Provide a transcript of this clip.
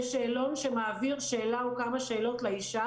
זהו שאלון שמעביר שאלה או כמה שאלות לאישה